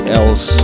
else